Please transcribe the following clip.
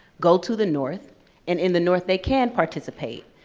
go to the north, and in the north, they can participate.